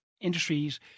industries